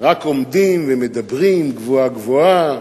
רק עומדים ומדברים גבוהה-גבוהה,